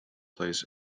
plays